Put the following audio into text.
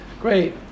great